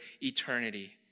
eternity